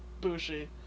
Bushi